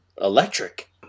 Electric